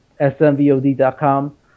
smvod.com